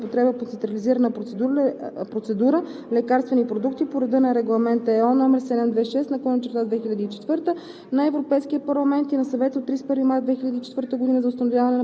за употреба и регистрираните лекарствени продукти на територията на Република България и разрешените за употреба по централизирана процедура лекарствени продукти по реда на Регламент (ЕО) № 726/2004 на